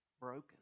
broken